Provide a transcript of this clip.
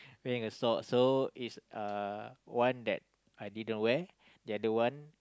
wearing a sock so is uh one that I didn't wear the other one